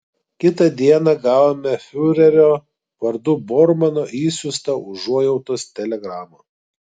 kitą dieną gavome fiurerio vardu bormano išsiųstą užuojautos telegramą